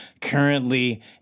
Currently